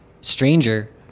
stranger